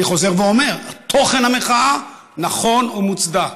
אני חוזר ואומר, תוכן המחאה נכון ומוצדק,